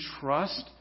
trust